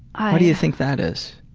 ah do you think that is?